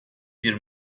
bir